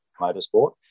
motorsport